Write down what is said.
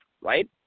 Right